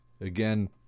Again